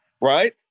right